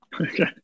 Okay